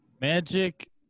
magic